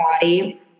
body